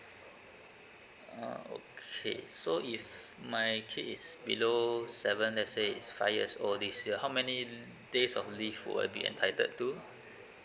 ah okay so if my kid is below seven let's say is five years old this year how many days of leave will I be entitled to